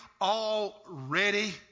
already